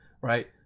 right